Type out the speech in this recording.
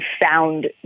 found